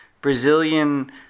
Brazilian